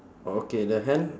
okay the hand